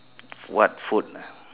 what food ah